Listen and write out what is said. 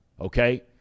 Okay